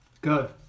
go